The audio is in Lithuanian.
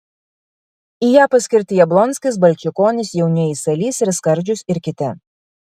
į ją paskirti jablonskis balčikonis jaunieji salys ir skardžius ir kiti